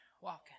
walking